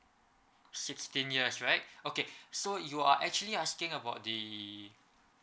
sixteen years right okay so you are actually asking about the